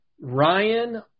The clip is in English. Ryan